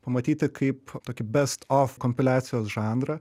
pamatyti kaip tokį best of kompiliacijos žanrą